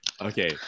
okay